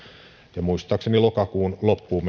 ja muistaakseni lokakuun loppuun